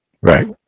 Right